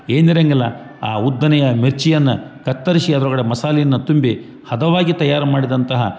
ಏನಿರಂಗಿಲ್ಲ ಆ ಉದ್ದನೆಯ ಮಿರ್ಚಿಯನ್ನು ಕತ್ತರಿಸಿ ಅದ್ರ ಒಳಗಡೆ ಮಸಾಲೆಯನ್ನು ತುಂಬಿ ಹದವಾಗಿ ತಯಾರು ಮಾಡಿದಂತಹ